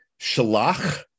shalach